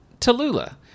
Tallulah